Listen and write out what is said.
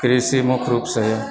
कृषि मुख्य रुपसँ यऽ